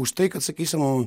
už tai kad sakysim